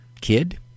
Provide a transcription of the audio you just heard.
Kid